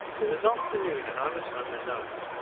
it was afternoon and i was home alone.